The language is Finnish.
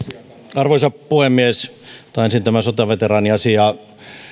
arvoisa puhemies otan ensin tämän sotaveteraaniasian